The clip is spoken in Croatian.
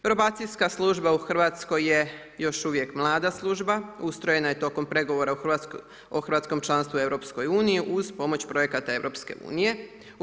Probacijska služba u Hrvatskoj je još uvijek mlada služba, ustrojena je tokom pregovora o hrvatskom članstvu EU-u uz pomoć projekata EU-a.